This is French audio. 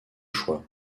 choix